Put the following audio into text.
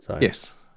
Yes